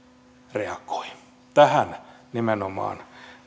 reagoi tähän nimenomaan